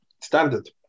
Standard